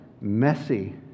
Messy